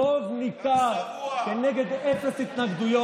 אני מאמין שהיא תעבור פה ברוב ניכר כנגד אפס התנגדויות,